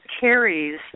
carries